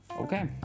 Okay